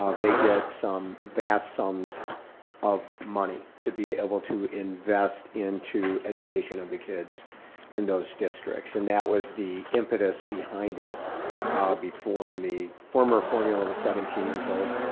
um they get some vast sums of money to be able to invest into education of the kids in those districts. and that was the impetus behind it before and the former formula was seventeen years old.